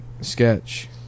sketch